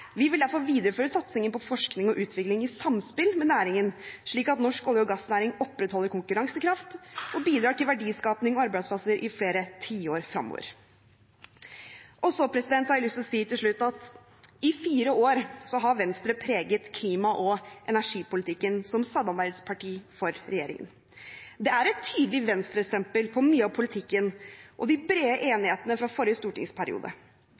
Vi vil derfor videreføre satsingen på forskning og utvikling i samspill med næringen, slik at norsk olje- og gassnæring opprettholder konkurransekraft og bidrar til verdiskaping og arbeidsplasser i flere tiår fremover. Til slutt har jeg lyst til å si at i fire år har Venstre preget klima- og energipolitikken som samarbeidsparti for regjeringen. Det er et tydelig Venstre-stempel på mye av politikken og de brede enighetene fra forrige stortingsperiode.